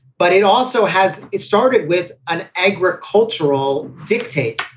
but it also has it started with an agricultural dictate,